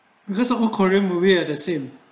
because often korea are the same